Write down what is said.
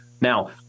Now